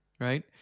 right